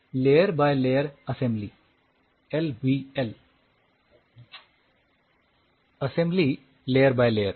layer by layer assembly LBL assembly layer by layer